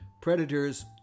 Predators